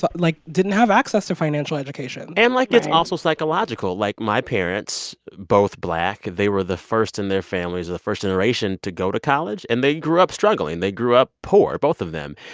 but like, didn't have access to financial education right and, like, it's also psychological. like, my parents, both black, they were the first in their families or the first generation to go to college. and they grew up struggling. they grew up poor, both of them.